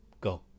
Go